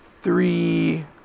three